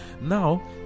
Now